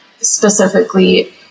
specifically